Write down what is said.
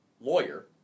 lawyer